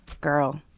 Girl